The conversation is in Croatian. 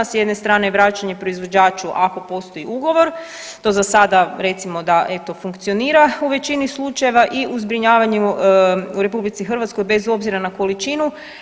S jedne strane je vraćanje proizvođaču ako postoji ugovor to za sada recimo da funkcionira u većini slučajeva i u zbrinjavanju u RH bez obzira na količinu.